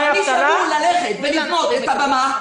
אבל מי שאמור ללכת ולבנות את הבמה,